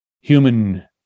human